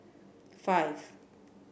five